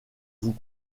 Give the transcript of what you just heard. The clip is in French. vous